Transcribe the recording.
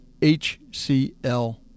HCL